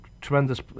Tremendous